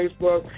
Facebook